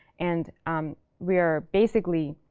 and um we're basically